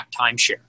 timeshare